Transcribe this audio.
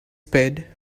spade